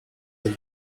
del